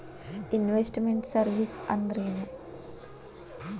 Invest made services ಅಂದ್ರೇನು?